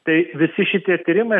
tai visi šitie tyrimai